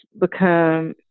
become